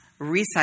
recycle